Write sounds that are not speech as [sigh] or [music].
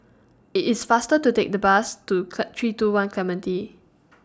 IT IS faster to Take The Bus to [unintelligible] three two one Clementi